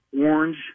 orange